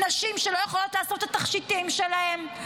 נשים שלא יכולות לאסוף את התכשיטים שלהן,